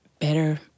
better